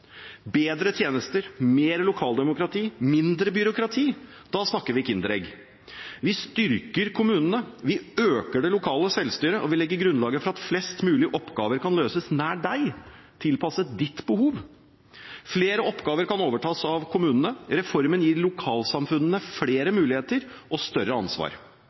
bedre tjenester, mer lokaldemokrati, mindre byråkrati. Da snakker vi kinderegg. Vi styrker kommunene. Vi øker det lokale selvstyret, og vi legger grunnlaget for at flest mulig oppgaver kan løses nær deg, tilpasset ditt behov. Flere oppgaver kan overtas av kommunene. Reformen gir lokalsamfunnene flere muligheter og større ansvar.